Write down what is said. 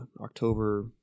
October